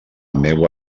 meua